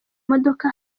modoka